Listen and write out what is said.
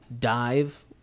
Dive